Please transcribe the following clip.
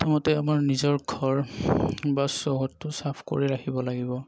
প্ৰথমতে আমাৰ নিজৰ ঘৰ বা চৌহদটো চাফ কৰি ৰাখিব লাগিব